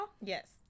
Yes